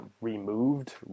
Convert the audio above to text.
removed